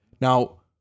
Now